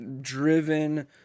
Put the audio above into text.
driven